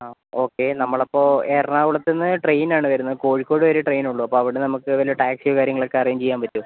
അ okay നമ്മളിപ്പോൾ എറണാകുളത്ത്ന്ന് ട്രെയിനാണ് വരുന്നത് കോഴിക്കോട് വരെ ട്രെയിനുള്ളു അപ്പോൾ അവിടുന്ന് നമുക്ക് വല്ല ടാക്സിയോ കാര്യങ്ങളൊക്കെ അറേഞ്ച് ചെയ്യാൻ പറ്റുവോ